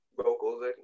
vocals